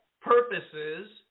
purposes